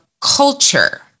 culture